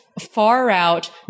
far-out